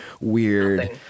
weird